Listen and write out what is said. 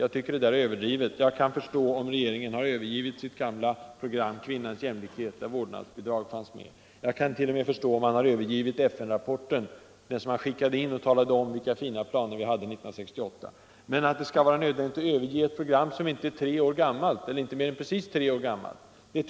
Jag tycker att det är överdrivet. Jag kan förstå om regeringen har övergett sitt gamla program Kvinnans jämlikhet, där vårdnadsbidraget finns med. Jag kan t.o.m. inse att man har gått ifrån rapporten till FN — där man talade om vilka fina planer vi hade —- som Ekonomiskt stöd åt skickades in 1968. Men det är litet svårt att förstå att det skall vara nödvändigt att överge ett program som inte är mer än precis tre år gammalt.